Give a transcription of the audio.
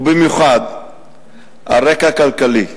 ובמיוחד על רקע כלכלי,